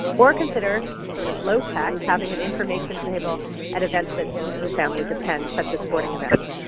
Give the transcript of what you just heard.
or consider sort of low tech having an information table at events that students and families attend, such as sporting events.